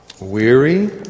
weary